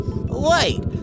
Wait